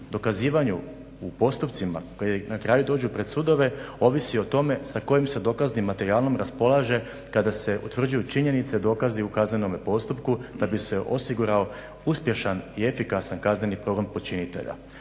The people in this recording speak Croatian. dokazivanju u postupcima koji na kraju dođu pred sudove ovisi o tome sa kojim se dokaznim materijalom raspolaže kada se utvrđuju činjenice, dokazi u kaznenome postupku da bi se osigurao uspješan i efikasan kazneni progon počinitelja.